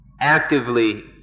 actively